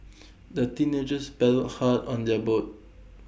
the teenagers paddled hard on their boat